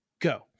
go